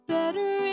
Better